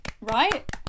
Right